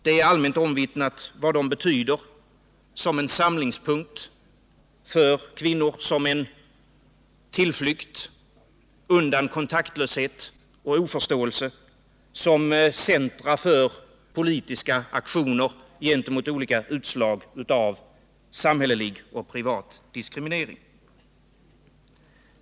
Det är allmänt omvittnat vad de betyder som samlingspunkter för kvinnor, som tillflykt undan kontaktlöshet och oförståelse, som centra för politiska aktioner gentemot olika utslag av samhällelig och privat diskriminering.